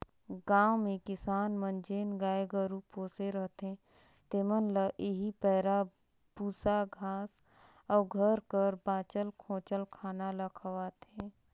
गाँव में किसान मन जेन गाय गरू पोसे रहथें तेमन ल एही पैरा, बूसा, घांस अउ घर कर बांचल खोंचल खाना ल खवाथें